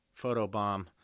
photobomb